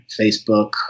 facebook